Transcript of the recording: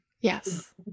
Yes